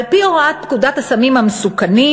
על-פי הוראת פקודות הסמים המסוכנים,